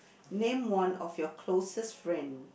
name one of your closest friend